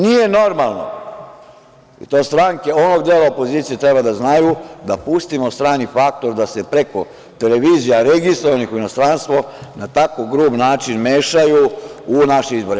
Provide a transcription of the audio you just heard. Nije normalno, to stranke onog dela opozicije treba da znaju, da pustimo strani faktor da se preko televizija registrovanih u inostranstvu, na tako grub način mešaju u naše izbore.